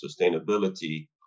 sustainability